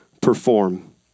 perform